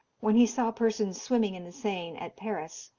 when he saw persons swimming in the seine at paris,